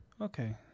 Okay